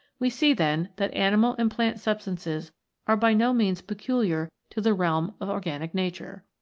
we see, then, that animal and plant sub stances are by no means peculiar to the realm of organic nature.